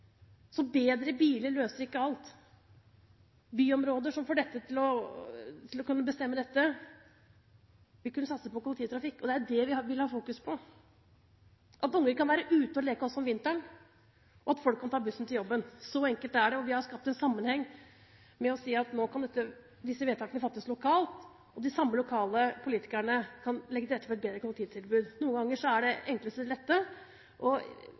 Så bedre biler løser ikke alt. Byområder skulle kunne bestemme dette. Vi kunne satse på kollektivtrafikk, og det er jo det vi vil ha fokus på – at barn kunne være ute og leke også om vinteren, og at folk kan ta bussen til jobben. Så enkelt er det. Vi har skapt en sammenheng med å si at nå kan disse vedtakene fattes lokalt, og de samme lokale politikerne kan legge til rette for et bedre kollektivtilbud. Noen ganger er det enkleste